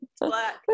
Black